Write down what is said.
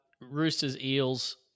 Roosters-Eels